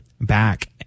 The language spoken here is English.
back